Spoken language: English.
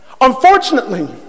Unfortunately